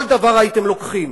כל דבר הייתם לוקחים,